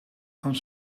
van